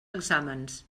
exàmens